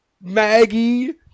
Maggie